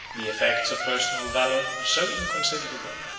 the effects of personal valor are so inconsiderable,